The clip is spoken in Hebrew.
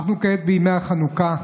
אנחנו כעת בימי החנוכה,